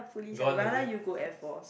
don't want is it